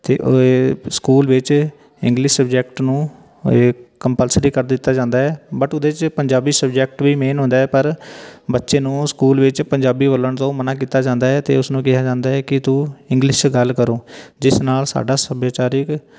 ਅਤੇ ਸਕੂਲ ਵਿੱਚ English subject ਨੂੰ ਕੰਪਲਸਰੀ ਕਰ ਦਿੱਤਾ ਜਾਂਦਾ ਹੈ ਬਟ ਉਹਦੇ 'ਚ ਪੰਜਾਬੀ ਸਬਜੈਕਟ ਵੀ ਮੇਨ ਹੁੰਦਾ ਹੈ ਪਰ ਬੱਚੇ ਨੂੰ ਸਕੂਲ ਵਿੱਚ ਪੰਜਾਬੀ ਬੋਲਣ ਤੋਂ ਮਨ੍ਹਾ ਕੀਤਾ ਜਾਂਦਾ ਹੈ ਅਤੇ ਉਸਨੂੰ ਕਿਹਾ ਜਾਂਦਾ ਹੈ ਕਿ ਤੂੰ ਇੰਗਲਿਸ਼ ਗੱਲ ਕਰੋ ਜਿਸ ਨਾਲ ਸਾਡਾ ਸੱਭਿਆਚਾਰਕ